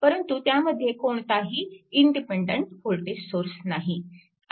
परंतु त्यामध्ये कोणताही इंडिपेन्डन्ट वोल्टेज सोर्स नाही